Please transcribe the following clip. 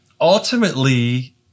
Ultimately